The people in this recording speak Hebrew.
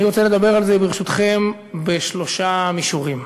אני רוצה לדבר על זה, ברשותכם, בשלושה מישורים.